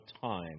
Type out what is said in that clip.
time